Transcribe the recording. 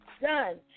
done